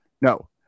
No